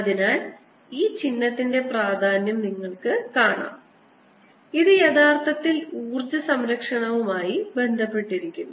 അതിനാൽ ഈ ചിഹ്നത്തിന്റെ പ്രാധാന്യം നിങ്ങൾക്ക് കാണാനാകും ഇത് യഥാർത്ഥത്തിൽ ഊർജ്ജ സംരക്ഷണവുമായി ബന്ധപ്പെട്ടിരിക്കുന്നു